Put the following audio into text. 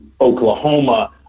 Oklahoma